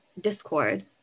Discord